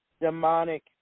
demonic